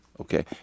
Okay